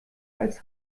als